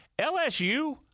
LSU